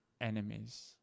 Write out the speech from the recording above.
enemies